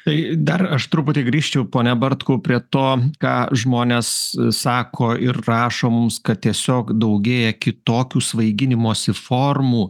tai dar aš truputį grįžčiau pone bartkau prie to ką žmonės sako ir rašo mums kad tiesiog daugėja kitokių svaiginimosi formų